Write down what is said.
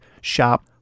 Shop